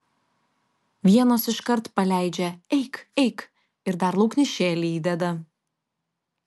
vienos iškart paleidžia eik eik ir dar lauknešėlį įdeda